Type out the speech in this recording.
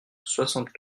soixante